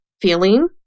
feeling